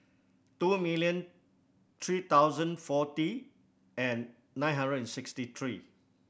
two million three thousand forty and nine hundred and sixty three